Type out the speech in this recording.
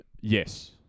Yes